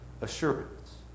assurance